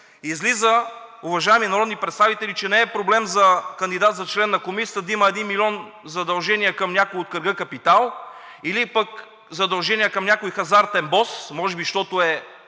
Излиза, уважаеми народни представители, че не е проблем за кандидат за член на Комисията да има един милион задължения към някой от кръга „Капитал“ или пък задължения към някой хазартен бос, може би, щото е